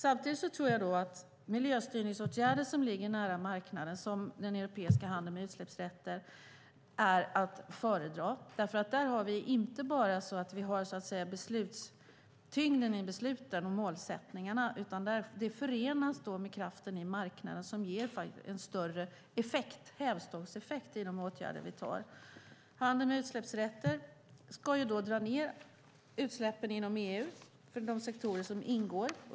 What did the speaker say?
Jag tror att miljöstyrningsåtgärder som ligger nära marknaden, som den europeiska handeln med utsläppsrätter, är att föredra. Där har vi inte bara beslutstyngden och målsättningarna, utan det förenas med kraften i marknaden som ger en hävstångseffekt i de åtgärder vi vidtar. Handeln med utsläppsrätter ska minska utsläppen inom EU i de sektorer som ingår.